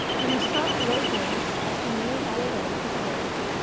in her soft low voice, as we made our way to the road,